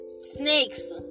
snakes